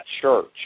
church